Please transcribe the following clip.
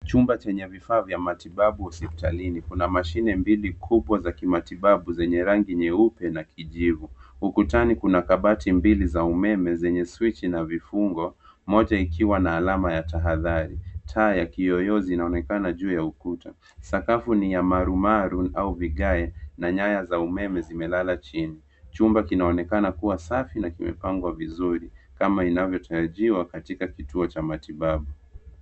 Chumba chenye vifaa vya matibabu hospitalini kuna mashini mbili kubwa za kimatibabu zenye rangi nyeupe na kijivu. Ukutani kuna kabati mbili za umeme zenye swichi na vifungo moja ikiwa na alama ya taadhari, taa ya kiyoyozi inaonekana juu ya ukuta, sakafu ni ya marumaru au vigaye na nyaya za umeme zimelala chini. Chumba kinaonekana kuwa safi na kimepangwa vizuri kama inavyo tarajiwa katika kituo cha matibabu